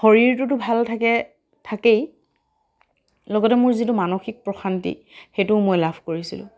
শৰীৰটোতো ভাল থাকে থাকেই লগতে মোৰ যিটো মানসিক প্ৰশান্তি সেইটোও মই লাভ কৰিছিলোঁ